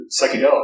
psychedelics